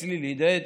הצליל הדהד,